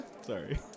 Sorry